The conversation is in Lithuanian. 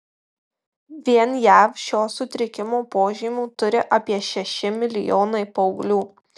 vien jav šio sutrikimo požymių turi apie šeši milijonai paauglių